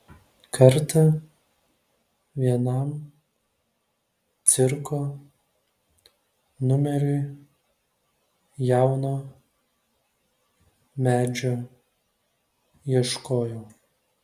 kartą vienam cirko numeriui jauno medžio ieškojau